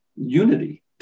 unity